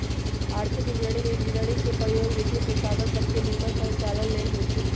आर्थिक इंजीनियरिंग में इंजीनियरिंग के प्रयोग वित्तीयसंसाधन सभके के निम्मन संचालन लेल होइ छै